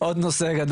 זה רק עוד נושא גדול.